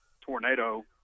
tornado